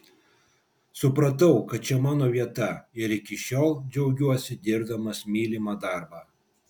supratau kad čia mano vieta ir iki šiol džiaugiuosi dirbdamas mylimą darbą